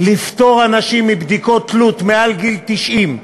שלפטור מבדיקות תלות אנשים מעל גיל 90,